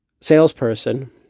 salesperson